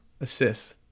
assists